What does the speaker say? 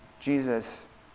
Jesus